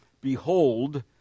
Behold